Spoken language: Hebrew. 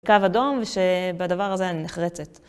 קו אדום, ושבדבר הזה אני נחרצת.